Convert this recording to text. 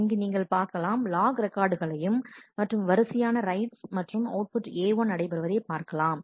இங்கு நீங்கள் பார்க்கலாம் லாக் ரெக்கார்டுகளையும் மற்றும் வரிசையான ரைட்ஸ் மற்றும் அவுட்புட் A1 நடைபெறுவதை பார்க்கலாம்